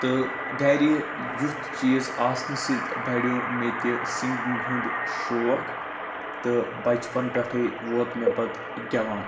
تہٕ گَرِ یُتھ چیٖز آسنہٕ سۭتۍ بَڈیو مےٚ تہِ سِنٛگِنٛگ ہُنٛد شوق تہٕ بَچپَن پٮ۪ٹھٕے ووت مےٚ پَتہٕ گٮ۪وان